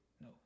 No